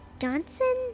Johnson